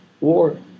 war